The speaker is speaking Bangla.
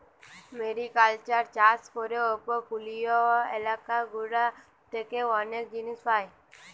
মেরিকালচার চাষ করে উপকূলীয় এলাকা গুলা থেকে অনেক জিনিস পায়